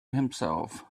himself